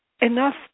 enough